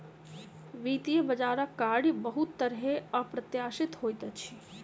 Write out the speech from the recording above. वित्तीय बजारक कार्य बहुत तरहेँ अप्रत्याशित होइत अछि